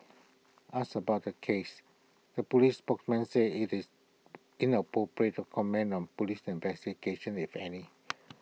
asked about the case A Police spokesman said IT is inappropriate to comment on Police investigations if any